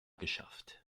geschafft